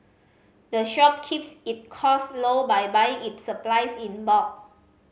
the shop keeps its cost low by buying its supplies in bulk